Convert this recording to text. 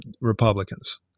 Republicans